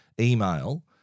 email